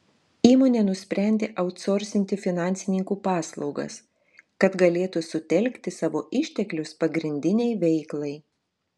įmonė nusprendė autsorsinti finansininkų paslaugas kad galėtų sutelkti savo išteklius pagrindinei veiklai